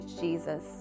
Jesus